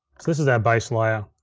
so this is our base layer.